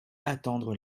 attendre